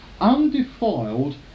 undefiled